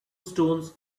stones